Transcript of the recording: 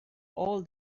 all